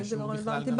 ואם זה לא רלוונטי אז לא.